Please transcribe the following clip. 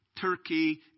Turkey